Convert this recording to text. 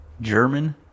German